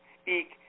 speak